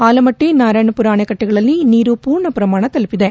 ಆಲಮಟ್ಟಿ ನಾರಾಯಣಪುರ ಅಣೆಕಟ್ಟೆಗಳಲ್ಲಿ ನೀರು ಪೂರ್ಣ ಪ್ರಮಾಣ ತಲುಪಿದೆ